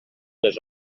les